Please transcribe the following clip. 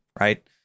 right